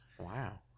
Wow